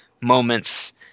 moments